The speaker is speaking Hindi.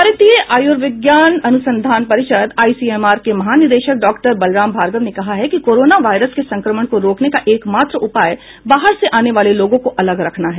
भारतीय आयुर्विज्ञान अनुसंधान परिषद आईसीएमआर के महानिदेशक डॉक्टर बलराम भार्गव ने कहा कि कोरोना वायरस के संक्रमण को रोकने का एकमात्र उपाय बाहर से आने वाले लोगों को अलग रखना है